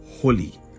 holy